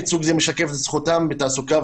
ייצוג זה משקף את זכותם בתעסוקה,